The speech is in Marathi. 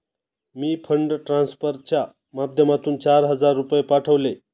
मी फंड ट्रान्सफरच्या माध्यमातून चार हजार रुपये पाठवले